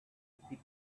pit